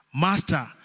Master